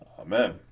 amen